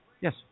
Yes